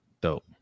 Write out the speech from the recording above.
dope